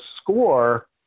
score